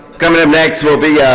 coming up next will be